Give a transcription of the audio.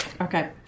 Okay